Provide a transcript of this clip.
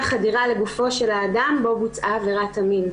חדירה לגופו של האדם בו בוצעה עבירת המין.